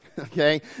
Okay